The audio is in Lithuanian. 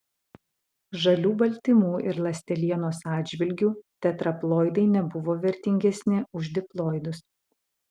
žalių baltymų ir ląstelienos atžvilgiu tetraploidai nebuvo vertingesni už diploidus